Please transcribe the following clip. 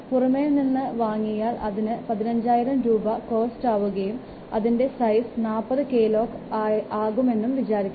പുറമേ നിന്ന് വാങ്ങിയാൽ അതിന് 15000 രൂപ കോസ്റ്റ് ആവുകയും അതിൻറെ സൈസ് 40 KLOC ആയെന്നും വിചാരിക്കുക